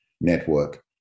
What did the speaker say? network